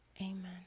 Amen